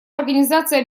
организации